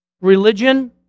religion